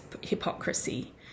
hypocrisy